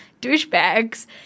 douchebags